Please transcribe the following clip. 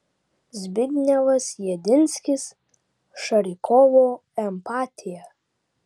zbignevas jedinskis šarikovo empatija